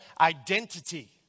identity